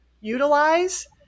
utilize